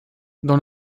dans